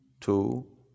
two